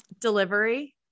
Delivery